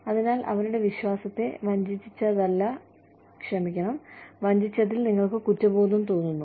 അതിനാൽ അവരുടെ വിശ്വാസത്തെ വഞ്ചിച്ചതിൽ നിങ്ങൾക്ക് കുറ്റബോധം തോന്നുന്നു